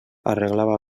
arreglava